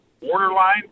borderline